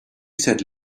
said